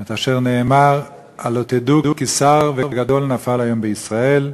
את אשר נאמר: הלוא תדעו כי שר וגדול נפל היום בישראל.